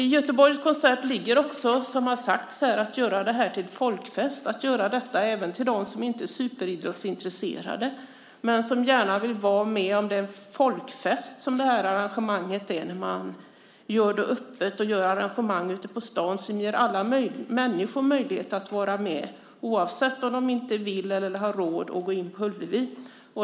I Göteborgs koncept ligger också, som har sagts här, att göra detta till en folkfest, att göra detta även för dem som inte är superintresserade av idrott men som gärna vill vara med om den folkfest som arrangemanget är. Man gör det öppet och ordnar arrangemang ute på stan som ger alla människor möjlighet att vara med, oavsett om de inte vill eller inte har råd att gå in på Ullevi.